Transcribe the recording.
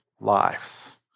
lives